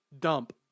dump